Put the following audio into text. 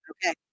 Okay